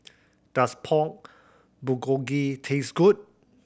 does Pork Bulgogi taste good